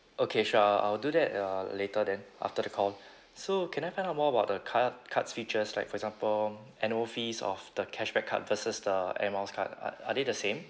okay sure I I'll do that uh later then after the call so can I find out more about the card card's features like for example annual fees of the cashback card versus the air miles card are are they the same